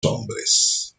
hombres